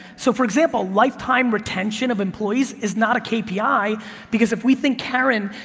so, for example, lifetime retention of employees is not a kpi because if we think karen,